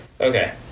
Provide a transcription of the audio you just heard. Okay